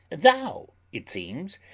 thou, it seems,